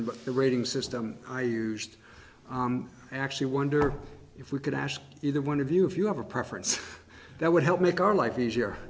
but the rating system i used actually wonder if we could ask either one of you if you have a preference that would help make our life easier